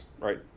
right